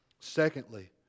Secondly